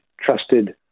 trusted